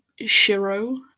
Shiro